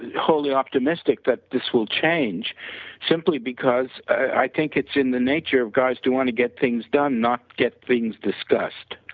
wholly optimistic that this will change simply, because i think it's in the nature of guys do want to get things done not get things discussed.